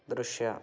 ದೃಶ್ಯ